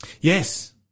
Yes